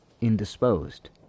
indisposed